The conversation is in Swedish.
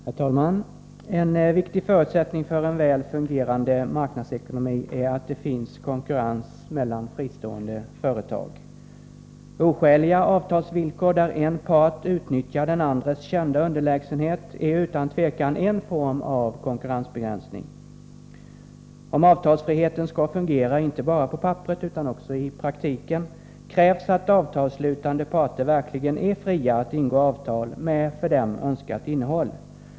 Herr talman! En viktig förutsättning för en väl fungerande marknadsekonomi är att det finns konkurrens mellan fristående företag. Oskäliga avtalsvillkor där en part utnyttjar den andres kända underlägsenhet är utan tvivel en form av konkurrensbegränsning. Om avtalsfriheten skall fungera inte bara på papperet utan också i praktiken krävs att avtalsslutande parter verkligen är fria att ingå avtal med för dem önskat innehåll.